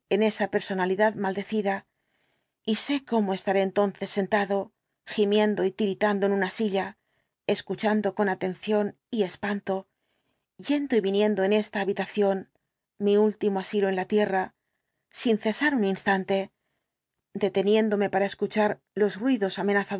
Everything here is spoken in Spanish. en esa personalidad maldecida y sé cómo estaré entonces sentado gimiendo y tiritando en una silla escuchando con atención y espanto yendo y viniendo en esta habitación mi último asilo en la tierra sin cesar un instante deteniéndome para escuchar los ruidos amenazadores